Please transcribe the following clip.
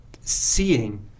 seeing